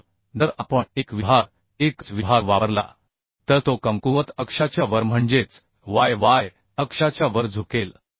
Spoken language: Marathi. तर जर आपण एक विभाग एकच विभाग वापरला तर तो कमकुवत अक्षाच्या वर म्हणजेच y y अक्षाच्या वर झुकेल